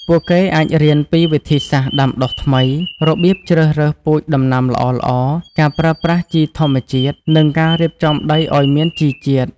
ពួកគេអាចរៀនពីវិធីសាស្ត្រដាំដុះថ្មី របៀបជ្រើសរើសពូជដំណាំល្អៗ ការប្រើប្រាស់ជីធម្មជាតិ និងការរៀបចំដីឲ្យមានជីជាតិ។